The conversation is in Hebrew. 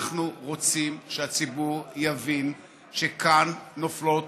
אנחנו רוצים שהציבור יבין שכאן נופלות